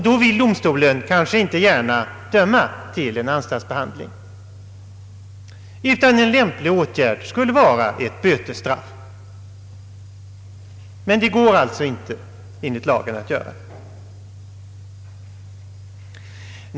Då vill domstolen kanske inte så gärna döma honom till anstaltsbehandling, utan en lämplig åtgärd skulle vara ett bötesstraff. Men det går således inte enligt lagen.